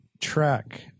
track